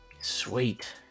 Sweet